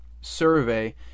survey